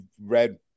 read